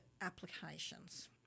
applications